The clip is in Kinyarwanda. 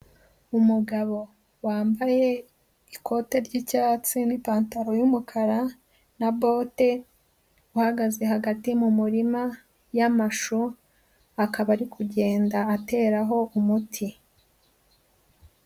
Umugabo wambaye ikote ry'icyatsi n'ipantaro y'umukara na bote, uhagaze hagati mu murima y'amashu akaba ari kugenda ateraho umuti.